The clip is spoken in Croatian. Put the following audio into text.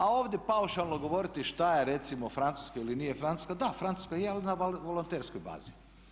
A ovdje paušalno govoriti šta je recimo Francuska ili nije Francuska, da, Francuska je ali na volonterskoj bazi.